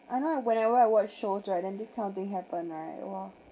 whenever I watch shows right then this kind of thing happen right !wah!